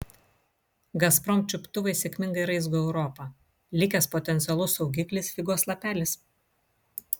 gazprom čiuptuvai sėkmingai raizgo europą likęs potencialus saugiklis figos lapelis